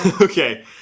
Okay